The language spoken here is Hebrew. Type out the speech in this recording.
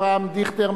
אברהם דיכטר,